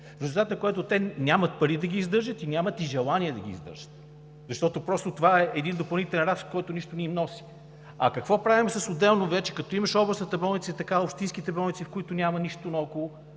За съжаление, те нямат пари да ги издържат, а нямат и желание да ги издържат, защото просто това е един допълнителен разход, който нищо не им носи. А какво правим – отделно, като имаш областните болници, в които е така, а общинските болници, в които няма нищо наоколо?